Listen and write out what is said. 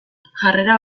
jarrera